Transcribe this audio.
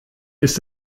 ist